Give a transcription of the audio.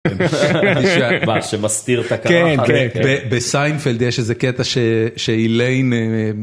מה, שמסתיר ת'קרחת? כן, כן... בסיינפלד יש איזה קטע שאיליין...